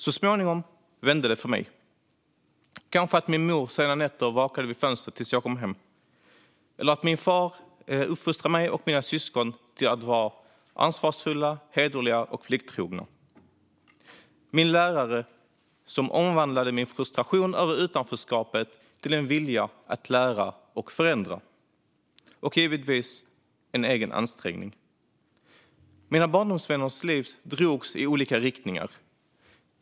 Så småningom vände det för mig - kanske för att min mor sena nätter vakade vid fönstret tills jag kom hem eller för att min far uppfostrade mig och mina syskon till ansvarsfulla, hederliga och plikttrogna människor. Det beror också på min lärare, som omvandlade min frustration över utanförskapet till en vilja att lära och förändra. Och givetvis beror det på en egen ansträngning. Mina barndomsvänners liv drogs i olika riktningar.